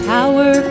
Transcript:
power